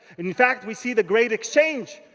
in fact, we see the great exchange.